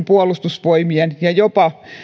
puolustusvoimien ihmisiä ja jopa